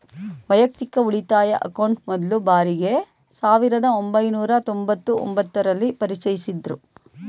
ವೈಯಕ್ತಿಕ ಉಳಿತಾಯ ಅಕೌಂಟ್ ಮೊದ್ಲ ಬಾರಿಗೆ ಸಾವಿರದ ಒಂಬೈನೂರ ತೊಂಬತ್ತು ಒಂಬತ್ತು ರಲ್ಲಿ ಪರಿಚಯಿಸಿದ್ದ್ರು